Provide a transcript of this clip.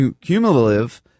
Cumulative